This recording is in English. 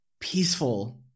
peaceful